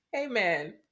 amen